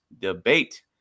debate